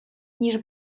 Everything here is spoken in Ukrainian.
ніж